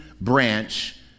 branch